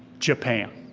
japan,